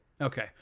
Okay